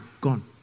gone